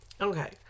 Okay